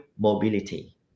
mobility